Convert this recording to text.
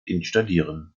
installieren